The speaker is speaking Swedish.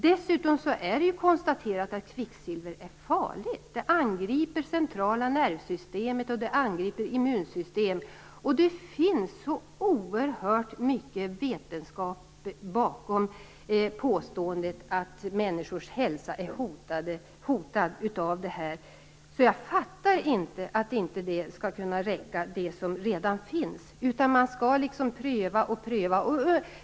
Dessutom är det ju konstaterat att kvicksilver är farligt. Det angriper det centrala nervsystemet och immunsystemet. Det finns så oerhört mycket vetenskap bakom påståendet att människors hälsa hotas av detta, att jag inte fattar att det inte skall kunna räcka. I stället skall man pröva och åter pröva.